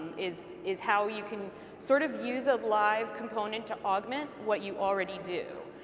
is is how you can sort of use a live component to augment what you already do.